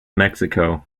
mexico